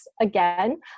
again